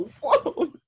whoa